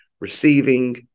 receiving